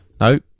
No